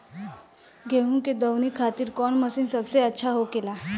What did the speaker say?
गेहु के दऊनी खातिर कौन मशीन सबसे अच्छा होखेला?